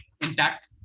intact